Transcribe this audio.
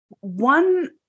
One